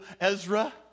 Ezra